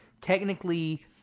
technically